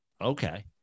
Okay